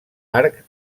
arc